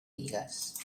digues